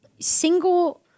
Single